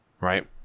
right